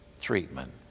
treatment